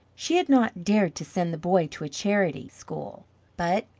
she had not dared to send the boy to a charity school but,